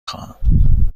خواهم